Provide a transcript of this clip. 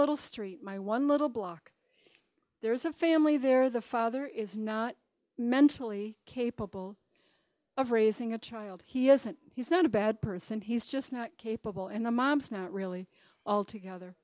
little street my one little block there's a family there the father is not mentally capable of raising a child he hasn't he's not a bad person he's just not capable and the mom's not really all together